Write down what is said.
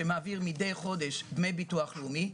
שמעביר מדי חודש דמי ביטוח לאומי,